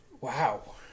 Wow